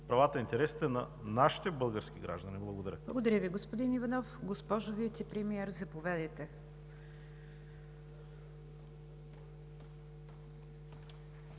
правата и интересите на нашите български граждани? Благодаря.